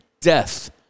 death